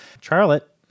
Charlotte